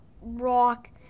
rock